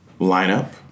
lineup